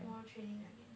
tomorrow training again